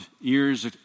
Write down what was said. years